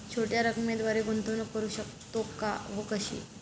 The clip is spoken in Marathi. छोट्या रकमेद्वारे गुंतवणूक करू शकतो का व कशी?